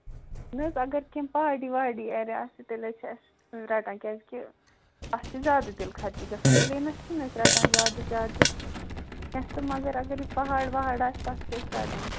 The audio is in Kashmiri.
نہَ حظ اَگر کیٚنٛہہ پارٹی واٹی اَگرٕے آسہِ تیٚلہِ حظ چھِ أسۍ رٹان کیٛازِ کہِ اَتھ چھُ زیادٕ تیٖلہٕ خرچہٕ گَژھان پُلینَس چھُنہٕ رَٹان زیادٕ چارجِز گَژھِ تہٕ مَگر یِم پَہاڑ وَہاڑ آسہِ تَتھ چھِ أسۍ رَٹان